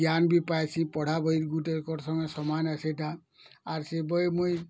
ଜ୍ଞାନ୍ ବି ପାଇଛି ପଢ଼ା ବହି ଗୁଟେ କରସଙ୍ଗେ ସମାନ ସେଇଟା ଆର୍ ସେ ବହି ମୁଇଁ